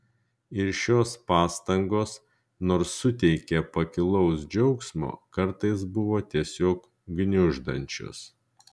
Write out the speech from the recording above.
ir šios pastangos nors suteikė pakilaus džiaugsmo kartais buvo tiesiog gniuždančios